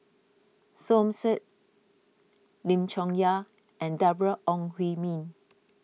Som Said Lim Chong Yah and Deborah Ong Hui Min